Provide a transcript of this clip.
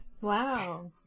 Wow